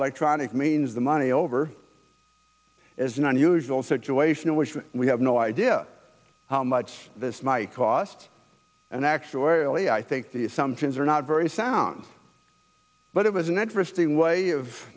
electronic means the money over is an unusual situation in which we have no idea how much this might cost and actuarially i think the assumptions are not very sound but it was an interesting